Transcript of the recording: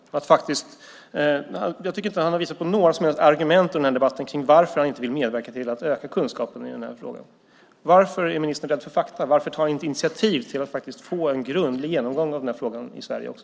Jag tycker inte att han har visat på några som helst argument i debatten för varför han inte vill medverka till att öka kunskapen i frågan. Varför är ministern rädd för fakta? Varför tar han inte initiativ till att få en grundlig genomgång av frågan i Sverige också?